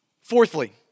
Fourthly